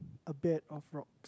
a bed of rock